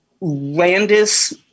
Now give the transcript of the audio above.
Landis